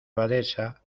abadesa